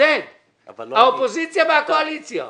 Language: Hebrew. האופוזיציה והקואליציה.